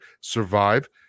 survive